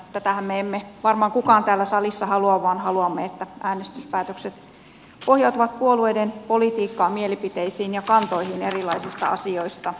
tätähän me emme varmaan kukaan täällä salissa halua vaan haluamme että äänestyspäätökset pohjautuvat puolueiden politiikkaan mielipiteisiin ja kantoihin erilaisista asioista